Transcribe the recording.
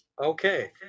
Okay